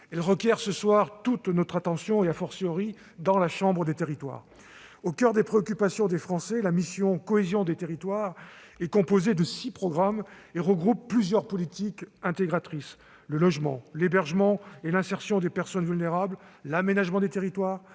Elle requiert ce soir toute notre attention, dans la chambre des territoires. Au coeur des préoccupations des Français, la mission « Cohésion des territoires » est composée de six programmes et regroupe plusieurs politiques intégratrices : le logement, l'hébergement et l'insertion des personnes vulnérables, l'aménagement des territoires